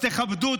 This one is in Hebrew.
תודה.